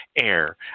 AIR